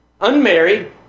Unmarried